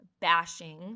bashing